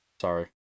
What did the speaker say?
Sorry